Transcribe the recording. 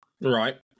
Right